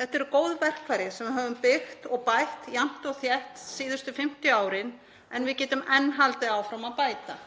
Þetta eru góð verkfæri sem við höfum byggt og bætt jafnt og þétt síðustu 50 árin en við getum enn haldið áfram að bæta.